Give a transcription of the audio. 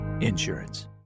Insurance